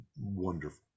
wonderful